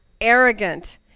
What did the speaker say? Arrogant